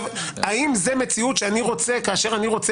האם זו מציאות שאני רוצה כאשר אני רוצה